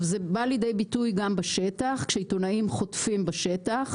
זה בא לידי ביטוי גם בשטח כשעיתונאים חוטפים בשטח,